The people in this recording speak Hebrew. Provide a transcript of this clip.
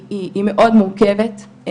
היא מאוד מורכבת,